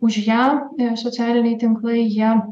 už ją socialiniai tinklai jie